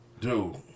Dude